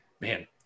Man